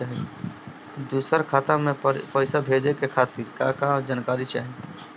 दूसर खाता में पईसा भेजे के खातिर का का जानकारी चाहि?